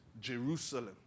Jerusalem